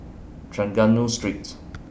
Trengganu Streets